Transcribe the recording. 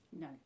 no